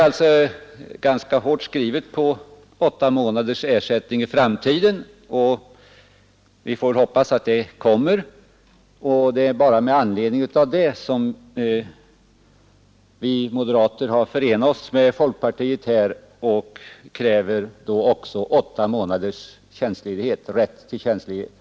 Vi får väl hoppas att det förslaget kommer, och det är också därför vi moderater har förenat oss med folkpartiet och krävt åtta månaders rätt till tjänstledighet.